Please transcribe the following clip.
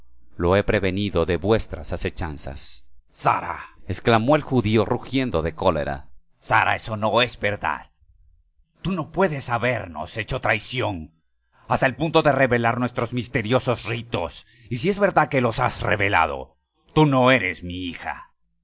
lo he prevenido de vuestras asechanzas sara exclamó el judío rugiendo de cólera sara eso no es verdad tú no puedes habernos hecho traición hasta el punto de revelar nuestros misteriosos ritos y si es verdad que los has revelado tú no eres mi hija